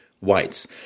whites